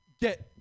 get